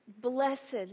Blessed